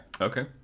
Okay